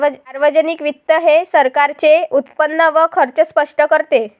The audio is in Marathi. सार्वजनिक वित्त हे सरकारचे उत्पन्न व खर्च स्पष्ट करते